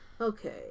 Okay